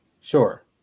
Sure